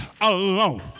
alone